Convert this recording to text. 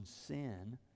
sin